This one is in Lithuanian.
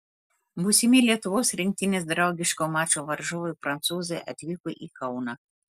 būsimi lietuvos rinktinės draugiško mačo varžovai prancūzai atvyko į kauną